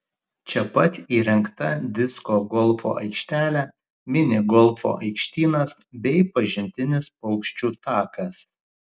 čia pat įrengta disko golfo aikštelė mini golfo aikštynas bei pažintinis paukščių takas